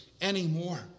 anymore